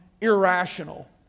irrational